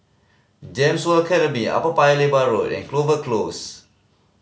GEMS World Academy Upper Paya Lebar Road and Clover Close